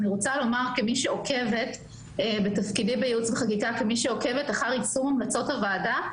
כמי שעוקבת בתפקידי בייעוץ וחקיקה אחר יישום המלצות הוועדה,